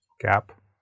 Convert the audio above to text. Gap